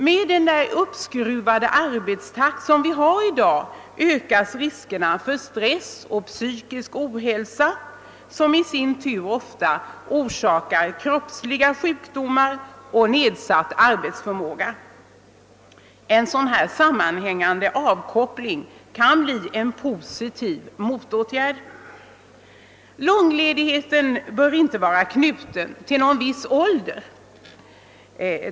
Med den uppskruvade arbetstakt vi har i dag ökas riskerna för stress och psykisk ohälsa, som i sin tur ofta orsakar kroppsliga sjukdomar och nedsatt arbetsförmåga. En lång sammanhängande avkoppling kan bli en positiv motåtgärd. Långledigheten bör inte vara knuten till någon viss ålder.